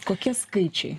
kokie skaičiai